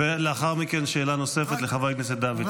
לאחר מכן, שאלה נוספת לחבר הכנסת דוידסון.